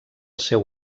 seu